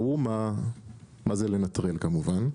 ברור מה זה לנטרל כמובן.